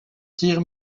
tire